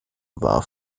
war